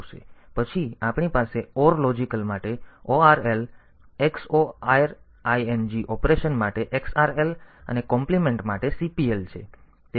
પછી આપણી પાસે OR લોજિકલ માટે ORL xoring ઑપરેશન માટે XRL અને કોમ્પ્લીમેન્ટ માટે CPL છે